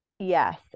yes